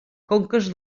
conques